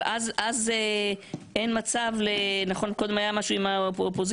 אבל אז אין מצב ל קודם היה משהו עם האופוזיציה.